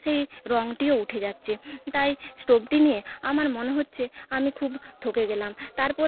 সেই রঙটিও উঠে যাচ্ছে তাই স্টোভটি নিয়ে আমার মনে হচ্ছে আমি খুব ঠকে গেলাম তারপর